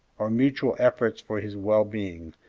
our mutual efforts for his well-being,